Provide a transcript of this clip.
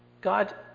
God